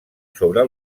sobre